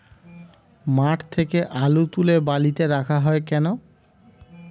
মাঠ থেকে আলু তুলে বালিতে রাখা হয় কেন?